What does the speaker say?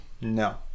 No